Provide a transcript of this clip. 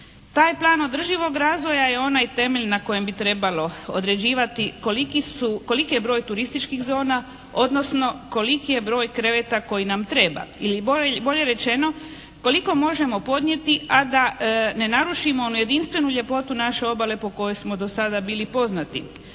Taj plan održivog razvoja je onaj temelj na kojem bi trebalo određivati koliki je broj turističkih zona, odnosno koliki je broj kreveta koji nam treba ili bolje rečeno koliko možemo podnijeti a da ne narušimo onu jedinstvenu ljepotu naše obale po kojoj smo do sada bili poznati.